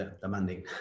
demanding